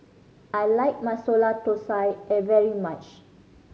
I like Masala Thosai a very much